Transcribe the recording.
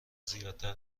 زیادتر